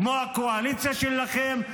כמו הקואליציה שלכם.